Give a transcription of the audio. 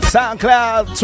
SoundCloud